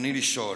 רצוני לשאול: